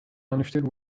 understood